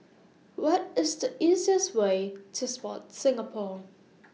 What IS The easiest Way to Sport Singapore